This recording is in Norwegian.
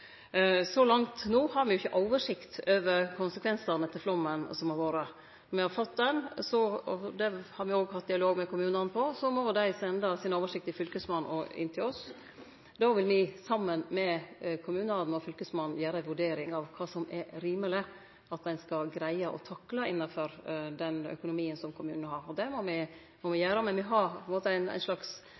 Så langt no har vi ikkje oversikt over konsekvensane etter flaumen som har vore. Når me har fått den – det har vi òg hatt dialog med kommunane på – må dei sende si oversikt til Fylkesmannen og inn til oss. Då vil me saman med kommunane og Fylkesmannen gjere ei vurdering av kva som er rimeleg at ein skal greie å takle innanfor den økonomien som kommunen har. Det må me no gjere. Me har ein slags regel som me held oss til, men